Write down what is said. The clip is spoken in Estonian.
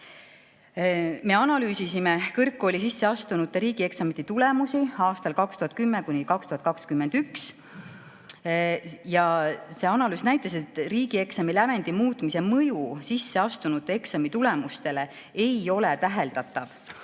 Me analüüsisime kõrgkooli sisseastunute riigieksamite tulemusi aastail 2010–2021. See analüüs näitas, et riigieksami lävendi muutmise mõju sisseastunute eksamitulemustele ei ole täheldatav.